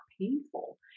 painful